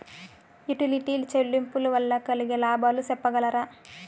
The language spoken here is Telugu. యుటిలిటీ చెల్లింపులు వల్ల కలిగే లాభాలు సెప్పగలరా?